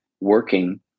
working